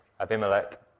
Abimelech